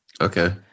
Okay